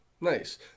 Nice